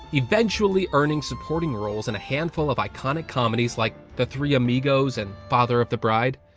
eventually earning supporting roles in a handful of iconic comedies like the three amigos and father of the bride.